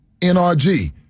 NRG